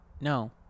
no